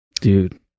dude